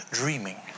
dreaming